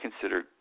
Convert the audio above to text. consider